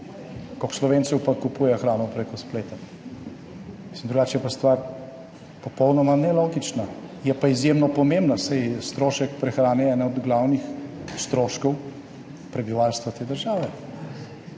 Koliko Slovencev pa kupuje hrano prek spleta? Drugače je pa stvar popolnoma nelogična, je pa izjemno pomembna, saj je strošek prehrane eden od glavnih stroškov prebivalstva te države.